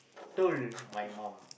told my mum